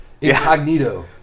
incognito